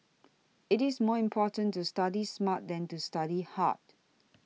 it is more important to study smart than to study hard